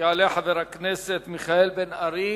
יעלה חבר הכנסת מיכאל בן-ארי,